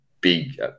big